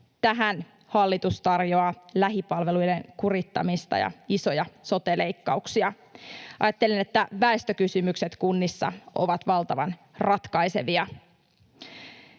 tähän hallitus tarjoaa lähipalveluiden kurittamista ja isoja sote-leikkauksia. Ajattelen, että väestökysymykset kunnissa ovat valtavan ratkaisevia.